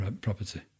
property